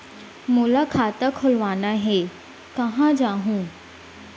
मोला खाता खोलवाना हे, कहाँ जाहूँ?